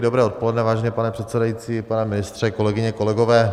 Dobré odpoledne, vážený pane předsedající, pane ministře, kolegyně, kolegové.